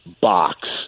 Box